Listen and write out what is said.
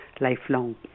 lifelong